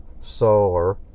solar